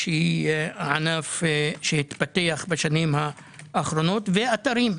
שהיא ענף שהתפתח בשנים האחרונות, ואתרים.